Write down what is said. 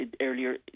earlier